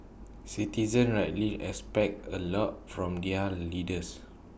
citizens rightly expect A lot from their leaders